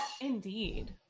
indeed